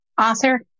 author